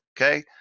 Okay